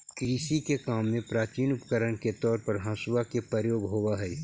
कृषि के काम में प्राचीन उपकरण के तौर पर हँसुआ के प्रयोग होवऽ हई